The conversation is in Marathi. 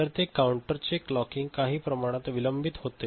तर ते काउंटरचे क्लॉकिंग काही प्रमाणात विलंबित होते